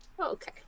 okay